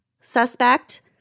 suspect